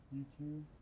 YouTube